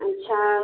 अच्छा